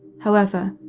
however,